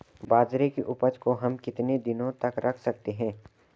बाजरे की उपज को हम कितने दिनों तक रख सकते हैं?